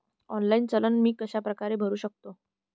Online चलन मी कशाप्रकारे भरु शकतो?